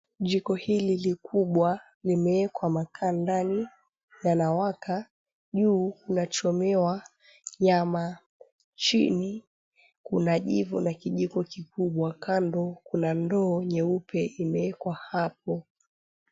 Jiko hili likubwa limewekwa makaa ndani yanawaka, juu kunachomewa nyama, chini kuna jivu na kijiko kikubwa, kando kuna ndoo nyeupe imewekwa hapo.